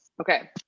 Okay